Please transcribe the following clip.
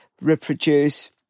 reproduce